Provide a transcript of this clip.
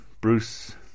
Bruce